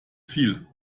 viel